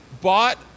bought